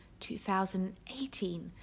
2018